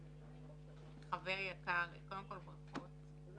חבר יקר, קודם כול ברכות.